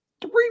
three